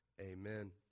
amen